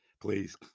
Please